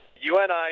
UNI